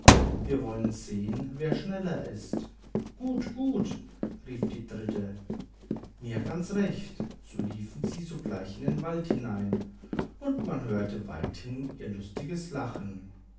wir wollen sehn wer schneller ist gut gut rief die dritte mir ganz recht und so liefen sie sogleich in den wald hinein und man hörte weithin ihr lustiges lachen